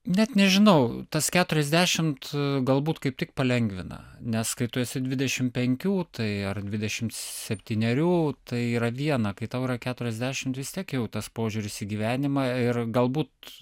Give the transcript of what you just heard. net nežinau tas keturiasdešimt galbūt kaip tik palengvina nes kai tu esi dvidešimt penkių tai ar dvidešimt septynerių tai yra viena kai tau yra keturiasdešimt vis tiek jau tas požiūris į gyvenimą ir galbūt